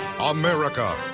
America